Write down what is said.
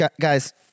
guys